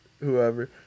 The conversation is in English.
whoever